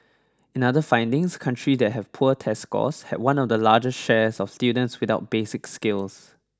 in other findings country that had poor test scores had one of the largest share of students without basic skills